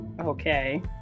Okay